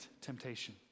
temptation